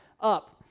up